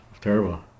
terrible